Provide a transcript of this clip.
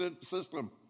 system